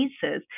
cases